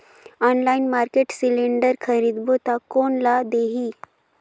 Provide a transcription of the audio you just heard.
Online market cylinder खरीदबो ता कोन ला देही?